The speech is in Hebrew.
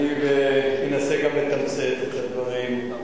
אני אנסה לתמצת את הדברים.